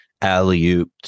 alley-oop